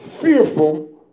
fearful